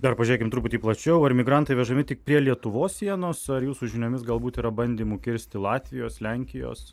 dar pažiūrėkim truputį plačiau ar migrantai vežami tik prie lietuvos sienos ar jūsų žiniomis galbūt yra bandymų kirsti latvijos lenkijos